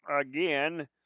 Again